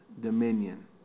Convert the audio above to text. dominion